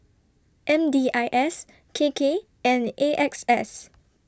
M D I S K K and A X S